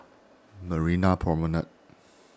Marina Promenade